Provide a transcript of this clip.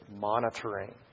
monitoring